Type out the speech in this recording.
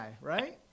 right